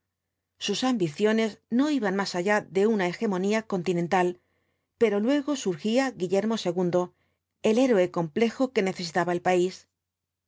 sus ambiciones no iban más allá de una hegemonía continental pero luego surgía guillermo ii el héroe complejo que necesitaba el país